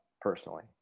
personally